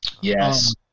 Yes